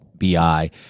bi